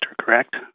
correct